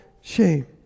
shame